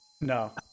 No